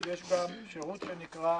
גם שירות שנקרא